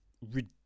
ridiculous